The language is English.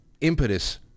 impetus